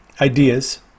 ideas